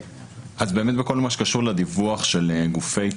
בכל מה שקשור לדיווח של גופי תמ"ק,